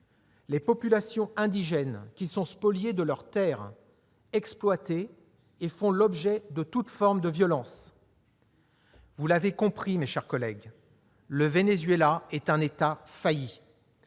les populations indigènes, qui sont spoliées de leurs terres, exploitées et font l'objet de toutes formes de violences. Vous l'avez bien compris, mes chers collègues, le Venezuela est un État failli.